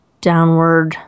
downward